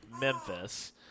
Memphis